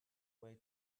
way